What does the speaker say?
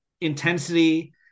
intensity